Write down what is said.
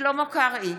שלמה קרעי,